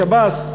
השב"ס,